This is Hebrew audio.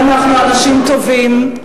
(חברת הכנסת מירי רגב יוצאת מאולם המליאה.) "אנחנו אנשים טובים,